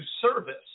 service